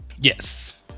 Yes